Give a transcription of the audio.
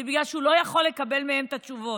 זה בגלל שהוא לא יכול לקבל מהם תשובות.